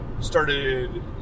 started